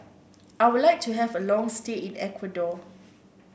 I would like to have a long stay in Ecuador